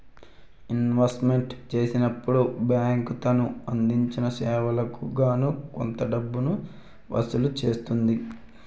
investment చేసినప్పుడు bank తను అందించిన సేవలకు గాను కొంత డబ్బును వసూలు చేస్తుంది